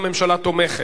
הממשלה תומכת.